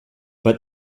but